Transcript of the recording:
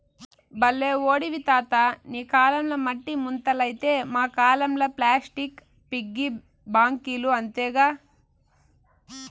బల్లే ఓడివి తాతా నీ కాలంల మట్టి ముంతలైతే మా కాలంల ప్లాస్టిక్ పిగ్గీ బాంకీలు అంతేగా